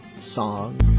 Song